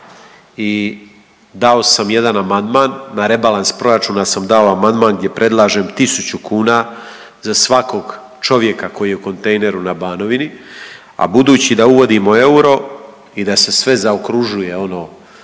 i dao sam jedan amandman, na rebalans proračuna sam dao amandman gdje predlažem 1000 kuna za svakog čovjeka koji je u kontejneru na Banovini, a budući da uvodimo euro i da se sve zaokružuje ono